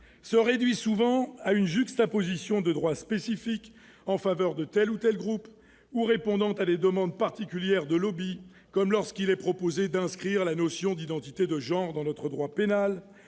se réduit souvent à une juxtaposition de droits spécifiques en faveur de tel ou tel groupe ou répondant à des demandes particulières de, comme lorsqu'il est proposé d'inscrire la notion d'identité de genre dans notre droit pénal